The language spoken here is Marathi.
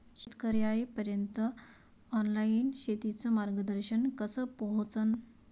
शेतकर्याइपर्यंत ऑनलाईन शेतीचं मार्गदर्शन कस पोहोचन?